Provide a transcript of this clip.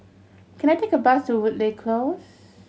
can I take a bus to Woodleigh Close